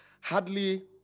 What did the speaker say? hardly